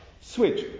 switch